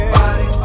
body